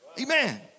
Amen